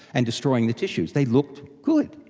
and destroying the tissues, they looked good.